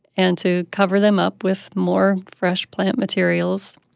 and to cover them up with more fresh plant materials,